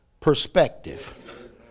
perspective